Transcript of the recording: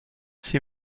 six